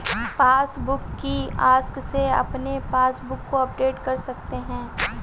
passbook kiosk से आप अपने पासबुक को अपडेट कर सकते हैं